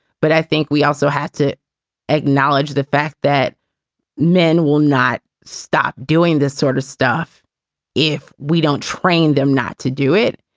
but i think we also have to acknowledge the fact that men will not stop doing this sort of stuff if we don't train them not to do it.